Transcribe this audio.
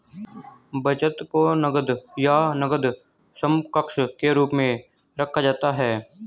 बचत को नकद या नकद समकक्ष के रूप में रखा जाता है